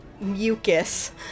mucus